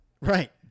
Right